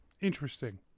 Interesting